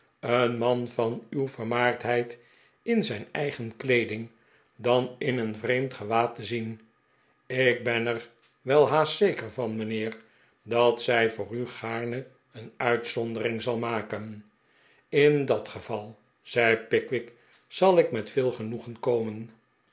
een man van uw vermaardheid in zijn eigen kleeding dan in een vreemd gewaad te zien ik ben er wel haast zeker van mijnheer dat zij voor u gaarne een uitzondering zal maken in dat geval zei pickwick zal ik met veel genoegen komen